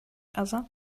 other